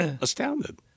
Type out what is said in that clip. astounded